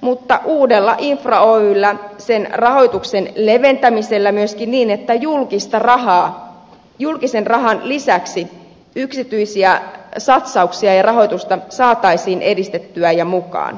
mutta mahdollinen uudella infra oyllä sen rahoituksen leventämisellä myöskin niin että julkisen rahan lisäksi yksityisiä satsauksia ja rahoitusta saataisiin edistettyä ja mukaan